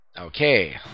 Okay